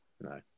No